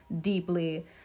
deeply